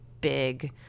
big